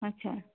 আচ্ছা